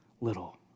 little